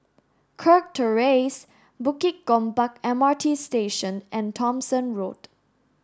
Kirk Terrace Bukit Gombak M R T Station and Thomson Road